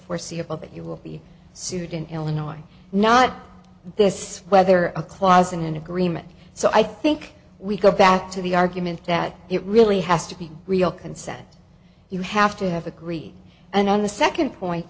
foreseeable that you will be sued in illinois not this whether a clause in an agreement so i think we go back to the argument that it really has to be real consent you have to have agreed and on the second point